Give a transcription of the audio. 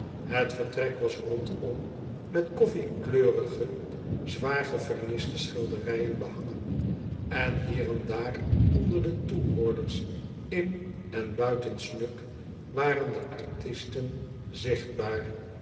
het vertrek was rondom met koffie kleurige zwaar geverniste schilderijen behangen en hier en daar onder de toehoorders in en buiten snug waren de artisten zichtbaar